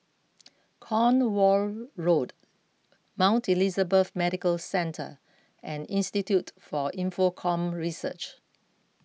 Cornwall Road Mount Elizabeth Medical Centre and Institute for Infocomm Research